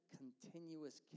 continuous